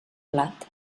blat